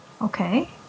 okay